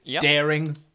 daring